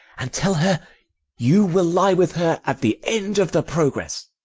and tell her you will lie with her at the end of the progress.